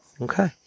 Okay